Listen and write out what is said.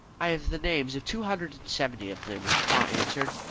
i have the names of two hundred and seventy of them, haw answered.